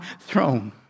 throne